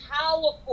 powerful